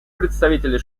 представителя